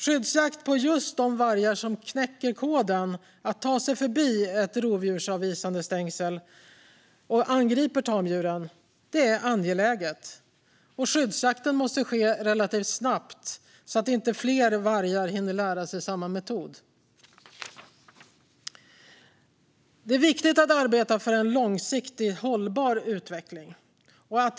Skyddsjakt på just de vargar som knäcker koden att ta sig förbi ett rovdjursavvisande stängsel och angriper tamdjuren är angeläget. Skyddsjakten måste ske relativt snabbt, så att inte fler vargar hinner lära sig samma metod. Det är viktigt att arbeta för en långsiktigt hållbar utveckling.